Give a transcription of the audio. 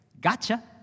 gotcha